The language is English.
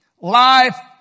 life